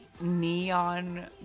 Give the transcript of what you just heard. neon